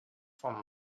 from